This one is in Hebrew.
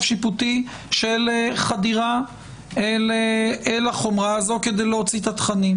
שיפוטי של חדירה אל החומרה הזו כדי להוציא את התכנים.